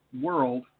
world